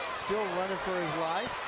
still running for his life,